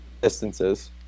distances